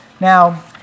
Now